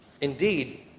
Indeed